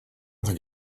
think